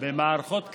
במערכות כאלה,